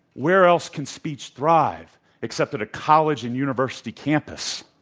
where else can speech thrive except at a college and university campus?